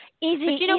easy